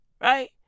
right